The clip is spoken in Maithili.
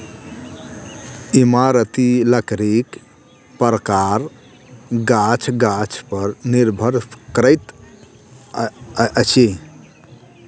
इमारती लकड़ीक प्रकार गाछ गाछ पर निर्भर करैत अछि